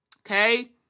Okay